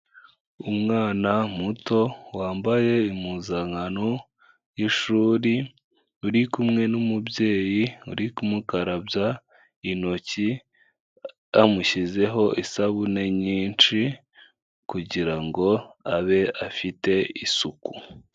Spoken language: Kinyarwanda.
Umwana muto wambaye impuzankano y'ishuri uri kumwe n'umubyeyi uri kumukarabya intoki amushyizeho isabune nyinshi kugirango abe afite isuku.